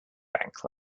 bank